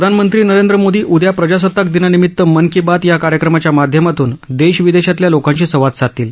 प्रधानमंत्री नरेंद्र मोदी उद्या प्रजासताकदिनानिमित मन की बात या कार्यक्रमाच्या माध्यमातून देश विदेशातल्या लोकांशी संवाद साधतील